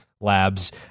labs